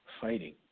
fighting